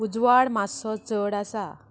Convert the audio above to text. उजवाड मातसो चड आसा